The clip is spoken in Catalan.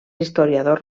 historiadors